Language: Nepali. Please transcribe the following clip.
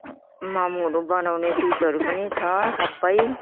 मोमोहरू बनाउने सिटहरू पनि छ सबै